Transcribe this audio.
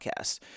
podcast